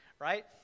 right